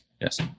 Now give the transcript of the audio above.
Yes